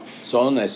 Son